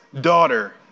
daughter